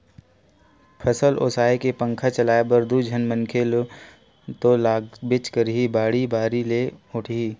फसल ओसाए के पंखा चलाए बर दू झन मनखे तो लागबेच करही, बाड़ी बारी ले ओटही